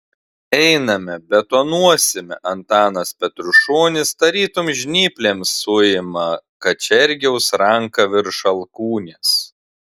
einame betonuosime antanas petrušonis tarytum žnyplėm suima kačergiaus ranką virš alkūnės